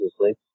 asleep